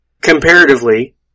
Comparatively